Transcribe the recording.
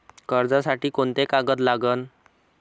कर्जसाठी कोंते कागद लागन?